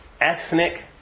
ethnic